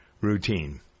routine